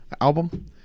album